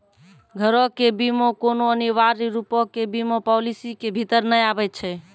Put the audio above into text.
घरो के बीमा कोनो अनिवार्य रुपो के बीमा पालिसी के भीतर नै आबै छै